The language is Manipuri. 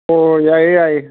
ꯑꯣ ꯌꯥꯏꯌꯦ ꯌꯥꯏꯌꯦ